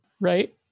Right